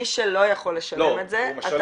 מי שלא יכול לשלם את זה אתה מגייס -- הוא משלם